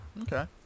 Okay